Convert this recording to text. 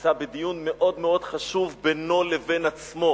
נמצא בדיון מאוד מאוד חשוב בינו לבין עצמו,